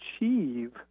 achieve